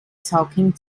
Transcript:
talking